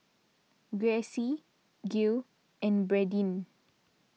Gracie Gil and Bradyn